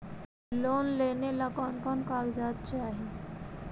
Loan लेने ला कोन कोन कागजात चाही?